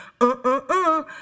Uh-uh-uh